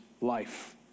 life